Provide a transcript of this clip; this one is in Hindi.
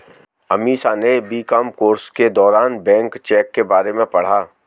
अमीषा ने बी.कॉम कोर्स के दौरान बैंक चेक के बारे में पढ़ा